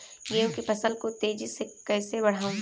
गेहूँ की फसल को तेजी से कैसे बढ़ाऊँ?